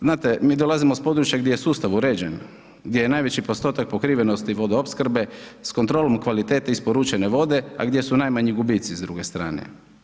Znate, mi dolazimo iz područja gdje je sustav uređen, gdje je najveći postotak pokrivenosti vodoopskrbe s kontrolom kvalitete isporučene vode, a gdje su najmanji gubici s druge strane.